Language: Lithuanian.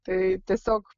tai tiesiog